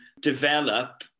develop